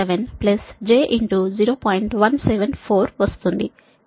174 వస్తుంది